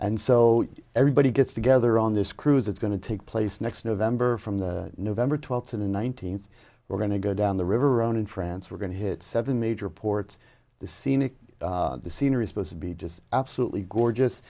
and so everybody gets together on this cruise it's going to take place next november from the november twelfth to the nineteenth we're going to go down the river on in france we're going to hit seven major ports the scenic the scenery supposed to be just absolutely gorgeous